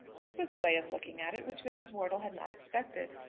this was a way of looking at it which mrs. wortle had not expected.